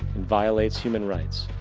and violates human rights,